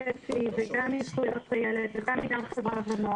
יש דרכים לגיטימיות והן חשובות והן מבורכות,